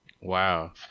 Wow